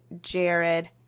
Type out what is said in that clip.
Jared